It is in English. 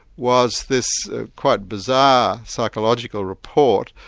was this quite bizarre psychological report,